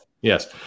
Yes